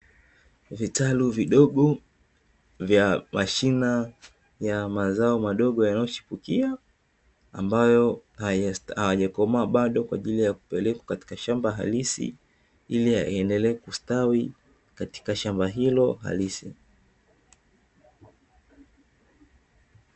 Vitalu vidogo vya mashina ya mazao madogo yanayochipukia ambayo hayajakomaa bado kwa ajili ya kupelekwa katika shamba halisi ili yaendelee kustawi katika shamba hilo halisi.